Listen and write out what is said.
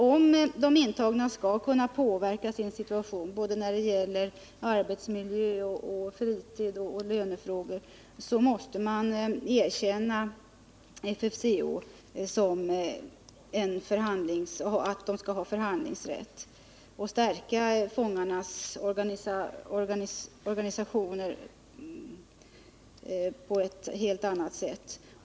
Om de intagna skall kunna påverka sin situation när det gäller arbetsmiljö, fritid och lönefrågor måste man tillerkänna FFCO och stärka fångarnas organisationer.